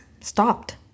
stopped